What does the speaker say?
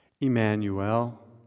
Emmanuel